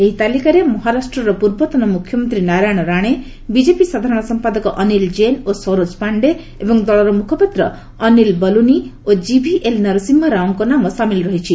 ଏହି ତାଲିକାରେ ମହାରାଷ୍ଟ୍ରର ପୂର୍ବତନ ମୁଖ୍ୟମନ୍ତ୍ରୀ ନାରାୟଣ ରାଣେ ବିଜେପି ସାଧାରଣ ସମ୍ପାଦକ ଅନିଲ୍ ଜେନ ଓ ସରୋଜ ପାଶ୍ଚେଏବଂ ଦଳର ମୁଖପାତ୍ର ଅନିଲ୍ ବଲ୍ଲନି ଓ କିଭିଏଲ୍ ନରସିଂହା ରାଓଙ୍କ ନାମ ସାମିଲ୍ ରହିଛି